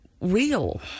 real